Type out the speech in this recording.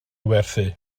werthu